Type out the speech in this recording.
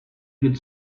good